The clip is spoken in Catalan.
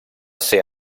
ser